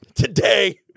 Today